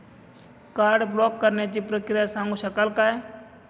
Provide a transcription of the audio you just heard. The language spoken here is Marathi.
कार्ड ब्लॉक करण्याची प्रक्रिया सांगू शकाल काय?